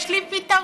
יש לי פתרון,